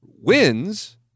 wins